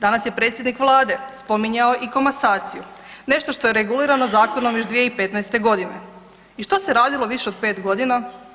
Danas je predsjednik vlade spominjao i komasaciju, nešto što je regulirano zakonom još 2015.g. i što se radilo više od 5.g.